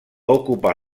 ocupar